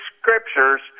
Scriptures